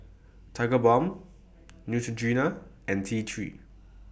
Tigerbalm Neutrogena and T three